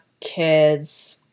kids